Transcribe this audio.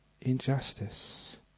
injustice